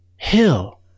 hill